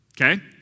Okay